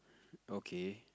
okay